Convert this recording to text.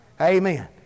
Amen